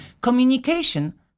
Communication